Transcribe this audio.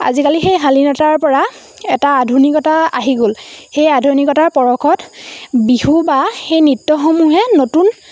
আজিকালি সেই শালীনতাৰপৰা এটা আধুনিকতা আহি গ'ল সেই আধুনিকতাৰ পৰশত বিহু বা সেই নৃত্যসমূহে নতুন